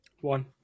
One